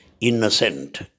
innocent